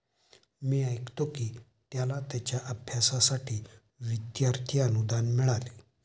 मी ऐकतो की त्याला त्याच्या अभ्यासासाठी विद्यार्थी अनुदान मिळाले